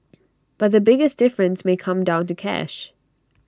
but the biggest difference may come down to cash